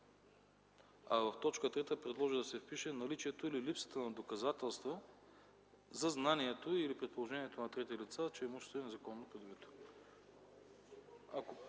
в т. 3 предложи да се впише „наличието или липсата на доказателство за знанието или предположението на трети лица, че имуществото е незаконно придобито”.